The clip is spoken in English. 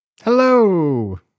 Hello